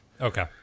Okay